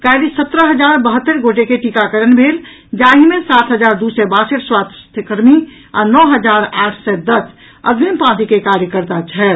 काल्हि सत्रह हजार बहत्तरि गोटे के टीकाकरण भेल जाहि मे सात हजार दू सय बासठि स्वास्थ्य कर्मी आ नओ हजार आठ सय दस अग्रिम पांती के कार्यकर्ता छथि